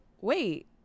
wait